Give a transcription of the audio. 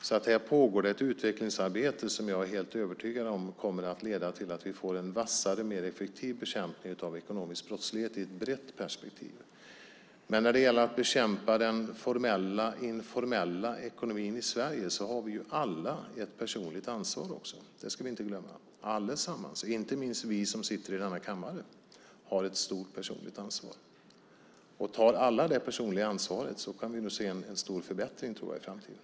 Det pågår ett utvecklingsarbete som jag är helt övertygad om kommer att leda till att vi får en vassare och mer effektiv bekämpning av ekonomisk brottslighet i ett brett perspektiv. När det gäller att bekämpa den formella informella ekonomin i Sverige har vi alla ett personligt ansvar. Det ska vi inte glömma. Inte minst vi som sitter i denna kammare har ett stort personligt ansvar. Om alla tar det personliga ansvaret tror jag att vi i framtiden kan se en stor förbättring.